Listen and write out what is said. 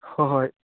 ꯍꯣꯍꯣꯏ